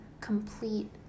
complete